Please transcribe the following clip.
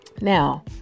Now